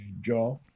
jaw